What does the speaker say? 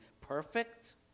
perfect